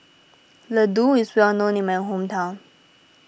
Ladoo is well known in my hometown